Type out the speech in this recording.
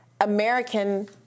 American